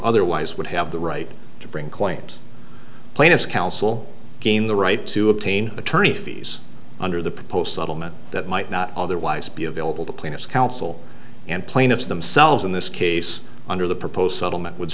otherwise would have the right to bring claims plaintiffs counsel gain the right to obtain attorney fees under the proposed settlement that might not otherwise be available to plaintiffs counsel and plaintiffs themselves in this case under the proposed settlement w